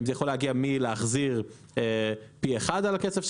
האם זה יכול להגיע מלהחזיר פי 1 על הכסף שקיבלת,